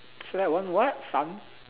select one what sun